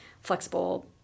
flexible